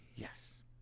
Yes